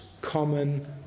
common